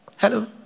Hello